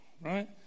right